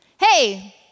Hey